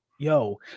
yo